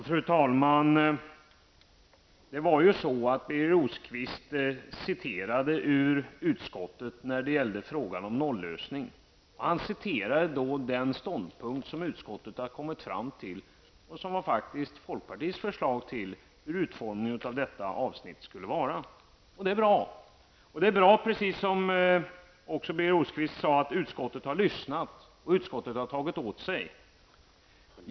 Fru talman! När det gäller frågan om nollösning citerade Birger Rosqvist den ståndpunkt som utskottet har kommit fram till och som faktiskt var folkpartiets förslag till utformning av detta avsnitt. Det är bra. Och det är bra, som också Birger Rosqvist sade, att utskottet har lyssnat och tagit åt sig.